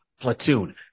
platoon